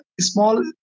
small